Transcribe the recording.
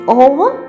over